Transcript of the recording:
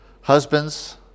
Husbands